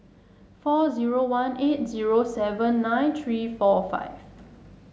four zero one eight zero seven nine three four five